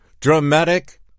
Dramatic